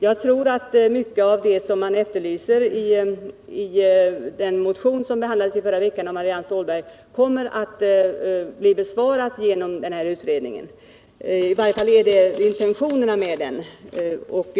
Jag tror att mycket av det som efterlyses i den motion av Marianne Stålberg som behandlades förra veckan kommer att bli besvarat genom denna utredning. I varje fall ingår det i dess intentioner att så skall bli fallet.